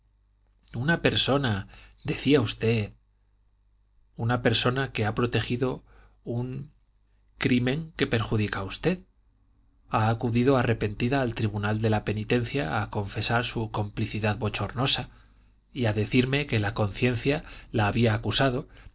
una persona decía usted una persona que ha protegido un crimen que perjudica a usted ha acudido arrepentida al tribunal de la penitencia a confesar su complicidad bochornosa y a decirme que la conciencia la había acusado